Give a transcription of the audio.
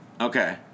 Okay